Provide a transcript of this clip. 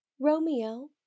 Romeo